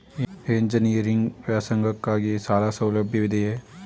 Engineering ವ್ಯಾಸಂಗಕ್ಕಾಗಿ ಸಾಲ ಸೌಲಭ್ಯವಿದೆಯೇ?